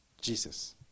Jesus